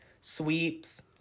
sweeps